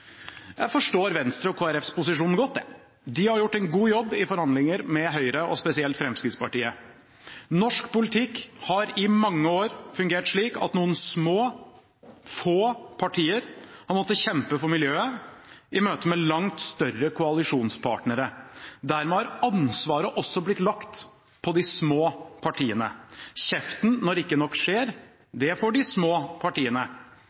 Jeg forstår Venstres og Kristelig Folkepartis posisjon godt. De har gjort en god jobb i forhandlinger med Høyre og spesielt Fremskrittspartiet. Norsk politikk har i mange år fungert slik at noen små, få partier har måttet kjempe for miljøet i møte med langt større koalisjonspartnere. Dermed har ansvaret også blitt lagt på de små partiene. Kjeften når ikke nok